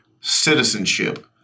citizenship